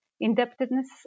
indebtedness